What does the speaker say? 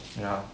ya